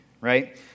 right